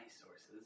sources